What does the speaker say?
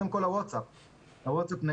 האוטונומיה והיזמות,